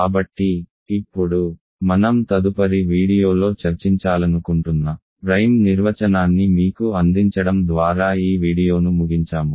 కాబట్టి ఇప్పుడు మనం తదుపరి వీడియోలో చర్చించాలనుకుంటున్న ప్రైమ్ నిర్వచనాన్ని మీకు అందించడం ద్వారా ఈ వీడియోను ముగించాము